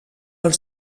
els